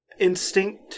instinct